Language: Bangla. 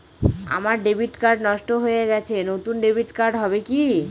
আমার ডেবিট কার্ড নষ্ট হয়ে গেছে নূতন ডেবিট কার্ড হবে কি?